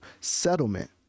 settlement